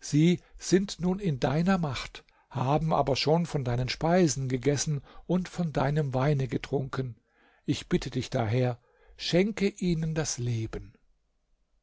sie sind nun in deiner macht haben aber schon von deinen speisen gegessen und von deinem weine getrunken ich bitte dich daher schenke ihnen das leben